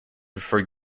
before